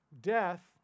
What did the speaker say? death